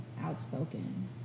outspoken